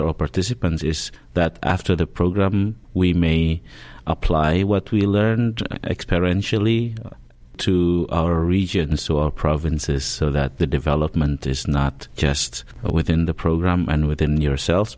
or participants is that after the program we may apply what we learned experientially to our region so our provinces that the development is not just within the program and within yourself